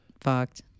fucked